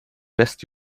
best